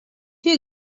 you